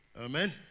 Amen